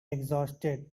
exhausted